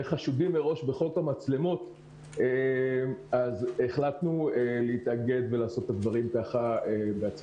וחשודים מראש בחוק המצלמות אז החלטנו להתאגד ולעשות את הדברים בעצמנו.